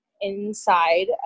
inside